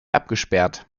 abgesperrt